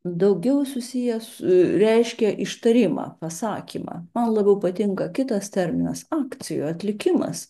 daugiau susiję reiškia ištarimą pasakymą man labiau patinka kitas terminas akcio atlikimas